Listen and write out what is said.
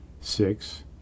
six